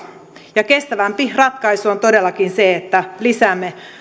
ja kestävämpi ratkaisu on todellakin se että lisäämme